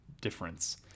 difference